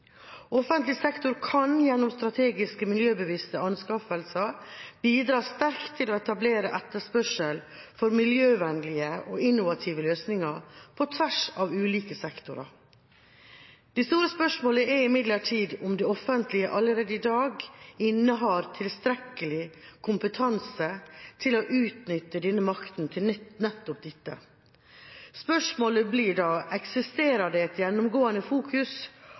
Offentlig sektor kan gjennom strategiske miljøbevisste anskaffelser bidra sterkt til å etablere etterspørsel etter miljøvennlige og innovative løsninger på tvers av ulike sektorer. Det store spørsmålet er imidlertid om det offentlige allerede i dag innehar tilstrekkelig kompetanse til å utnytte denne makten til nettopp dette. Spørsmålet blir da: Eksisterer det en gjennomgående